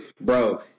Bro